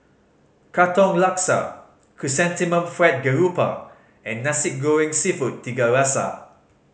Katong Laksa Chrysanthemum Fried Garoupa and Nasi Goreng Seafood Tiga Rasa